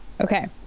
Okay